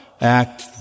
Act